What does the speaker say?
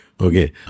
Okay